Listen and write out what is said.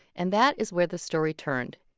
and that is where the story turned.